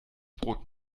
brot